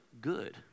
good